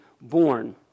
born